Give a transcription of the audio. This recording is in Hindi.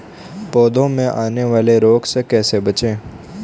पौधों में आने वाले रोग से कैसे बचें?